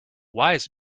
wise